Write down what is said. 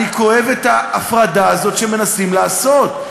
אני כואב את ההפרדה הזאת, שמנסים לעשות.